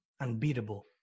unbeatable